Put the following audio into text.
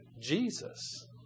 Jesus